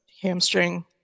hamstring